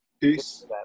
peace